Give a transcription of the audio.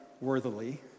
worthily